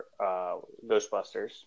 Ghostbusters